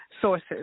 sources